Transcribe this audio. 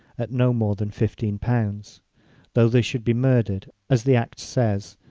at no more than fifteen pounds though they should be murdered, as the act says,